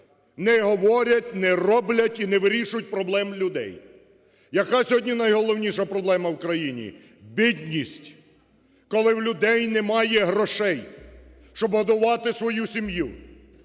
не говорять, не роблять і не вирішують проблем людей. Яка сьогодні найголовніша проблема в країні? Бідність. Коли в людей немає грошей, щоб годувати свою сім'ю,